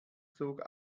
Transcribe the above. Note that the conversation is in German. zog